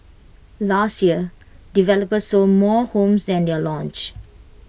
last year developers sold more homes than they are launched